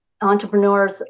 Entrepreneurs